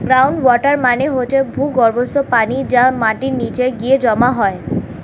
ground water মানে হচ্ছে ভূগর্ভস্থ পানি যা মাটির নিচে গিয়ে জমা হয়